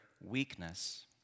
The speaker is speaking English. weakness